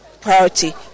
priority